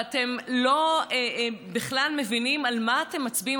ואתם לא מבינים בכלל על מה אתם מצביעים,